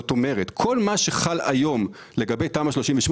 כל מה שחל היום לגבי תמ"א 38,